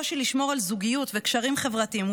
קושי לשמור על זוגיות וקשרים חברתיים,